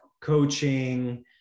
coaching